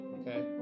okay